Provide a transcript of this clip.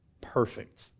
perfect